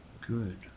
Good